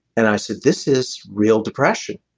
and i said, this is real depression.